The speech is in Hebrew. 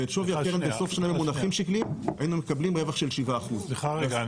ואת שווי ההשקעה במונחים שקליים היינו מקבלים רווח של 7%. סליחה רגע,